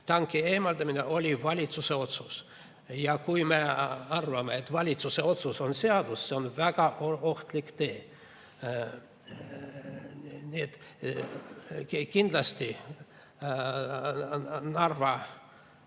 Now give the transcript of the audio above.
Tanki eemaldamine oli valitsuse otsus. Ja kui me arvame, et valitsuse otsus on seadus, siis see on väga ohtlik tee. Nii et kindlasti Narva